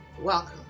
Welcome